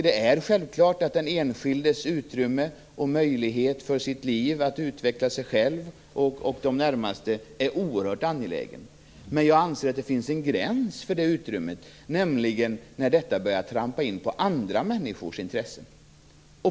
Det är självklart att den enskildes utrymme och möjlighet att utveckla sig själv är oerhört angeläget. Men jag anser att det finns en gräns för detta utrymme, nämligen när detta börjar trampa in på andra människors intressen.